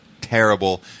terrible